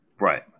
right